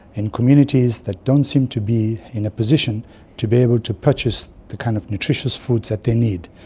in communities that don't seem to be in a position to be able to purchase the kind of nutritious foods that they need,